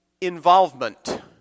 involvement